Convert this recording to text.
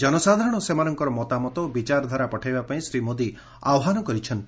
ଜନସାଧାରଣ ସେମାନଙ୍କର ମତାମତ ଓ ବିଚାରଧାରା ପଠାଇବାପାଇଁ ଶ୍ରୀ ମୋଦି ଆହ୍ୱାନ କରିଛନ୍ତି